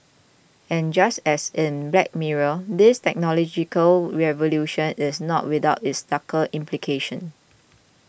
and just as in Black Mirror this technological revolution is not without its darker implications